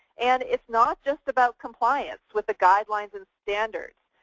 and is not just about compliance with the guidelines and standards.